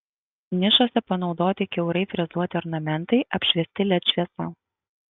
nišose panaudoti kiaurai frezuoti ornamentai apšviesti led šviesa